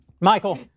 Michael